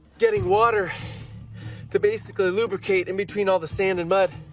getting water to basically lubricate in between all the sand and mud.